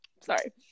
Sorry